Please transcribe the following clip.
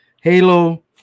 Halo